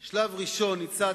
לא דיון של ועדת כנסת